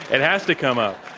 it has to come up.